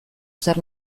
zer